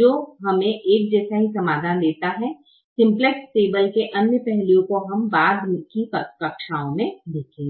जो हमें एक जैसा ही समाधान देता है सिम्प्लेक्स टेबल के अन्य पहलुओं को हम बाद की कक्षाओं में देखेंगे